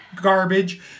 garbage